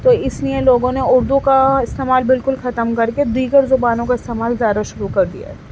تو اِس لئے لوگوں نے اُردو کا استعمال بالکل ختم کر کے دیگر زبانوں کا استعمال زیادہ شروع کر دیا ہے